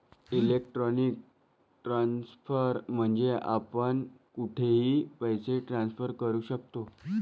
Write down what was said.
electronic transfer म्हणजे आपण कुठेही पैसे ट्रान्सफर करू शकतो